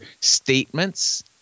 statements